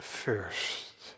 first